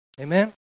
Amen